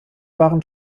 waren